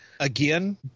Again